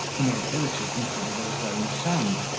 whom he had hitherto considered as his own son.